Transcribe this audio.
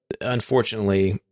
unfortunately